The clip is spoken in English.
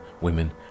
women